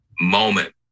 moment